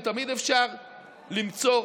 ותמיד אפשר למצוא,